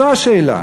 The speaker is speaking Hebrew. זו השאלה.